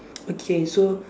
okay so